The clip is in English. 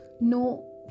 No